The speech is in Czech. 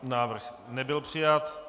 Návrh nebyl přijat.